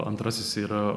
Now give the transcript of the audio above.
antrasis yra